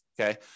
okay